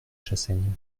chassaigne